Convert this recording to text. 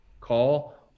call